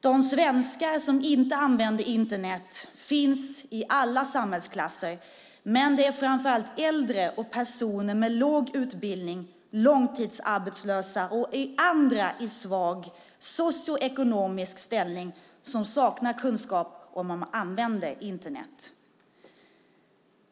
De svenskar som inte använder Internet finns i alla samhällsklasser, men det är framför allt äldre och personer med låg utbildning, långtidsarbetslösa och andra i svag socioekonomisk ställning som saknar kunskap om hur man använder Internet.